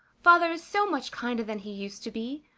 father is so much kinder than he used to be,